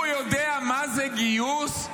הוא יודע מה זה גיוס?